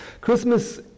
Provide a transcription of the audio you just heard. Christmas